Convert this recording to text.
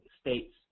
states